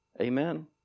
Amen